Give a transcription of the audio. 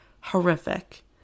horrific